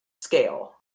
scale